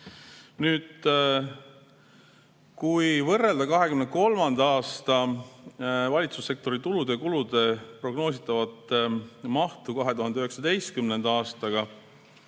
Kui võrrelda 2023. aasta valitsussektori tulude ja kulude prognoositavat mahtu 2019. aastaga,